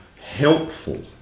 helpful